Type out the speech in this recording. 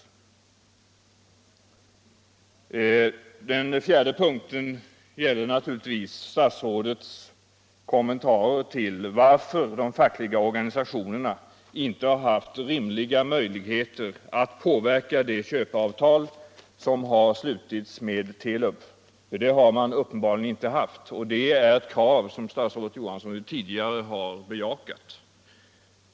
För det fjärde gäller det statsrådets kommentar till varför de fackliga organisationerna inte har haft rimliga möjligheter att påverka det köpeavtal som har slutits med Telub — för det har man uppenbarligen inte haft. Det är fråga om ett krav som statsrådet Johansson tidigare har bejakat.